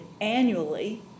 annually